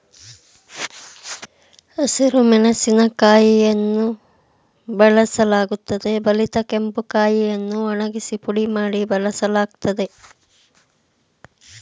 ಹಸಿರು ಮೆಣಸಿನಕಾಯಿಯನ್ನು ಬಳಸಲಾಗುತ್ತದೆ ಬಲಿತ ಕೆಂಪು ಕಾಯಿಯನ್ನು ಒಣಗಿಸಿ ಪುಡಿ ಮಾಡಿ ಬಳಸಲಾಗ್ತದೆ